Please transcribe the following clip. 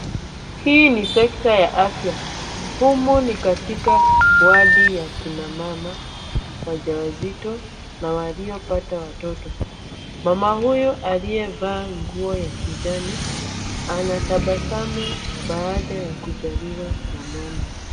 Hii ni sekta ya afya. Humu ni katika wadi ya kina mama wajawazito na waliopata watoto. Mama huyu aliyevaa nguo ya kijani anatabasamu baada ya kujaliwa na mwana.